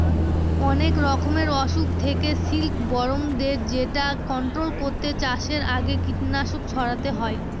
অনেক রকমের অসুখ থাকে সিল্কবরমদের যেটা কন্ট্রোল করতে চাষের আগে কীটনাশক ছড়াতে হয়